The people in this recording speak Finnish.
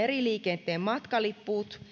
meriliikenteen matkaliput